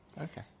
Okay